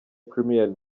premier